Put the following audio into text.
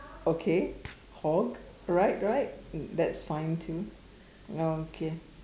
okay horg right right that's fine too okay